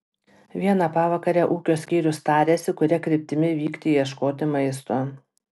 vieną pavakarę ūkio skyrius tarėsi kuria kryptimi vykti ieškoti maisto